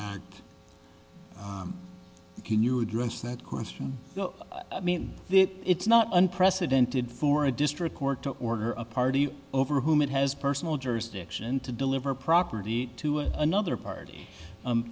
can you address that question i mean it's not unprecedented for a district court to order a party over whom it has personal jurisdiction to deliver property to another party